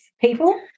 people